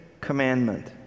commandment